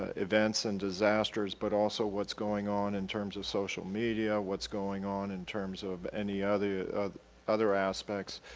ah events and disasters but also what's going on in terms of social media, what's going on in terms of any other other aspects,